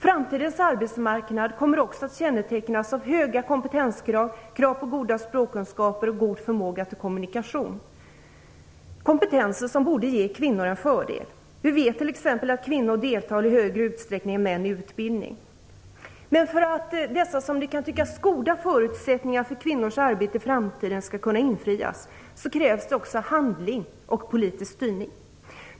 Framtidens arbetsmarknad kommer också att kännetecknas av höga kompetenskrav, goda språkkunskaper och god förmåga till kommunikation - kompetenser som borde ge kvinnor en fördel. Vi vet t.ex. att kvinnor i högre utsträckning än män deltar i utbildning. Men för att dessa, som det kan tyckas goda förutsättningar för kvinnors arbete i framtiden skall kunna infrias krävs det också handling och politisk styrning.